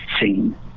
scene